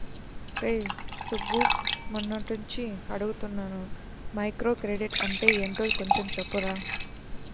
రేయ్ సుబ్బు, మొన్నట్నుంచి అడుగుతున్నాను మైక్రోక్రెడిట్ అంటే యెంటో కొంచెం చెప్పురా